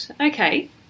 Okay